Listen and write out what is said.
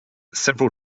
several